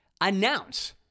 announce